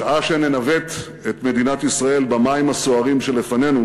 שעה שננווט את מדינת ישראל במים הסוערים שלפנינו,